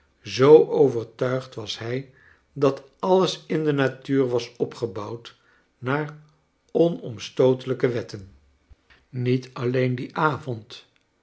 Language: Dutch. zoo overtuigd was hij dat alios in de natuur was opgebouwd naar onomstaotelijke wetten met alleen dien avond